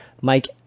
Mike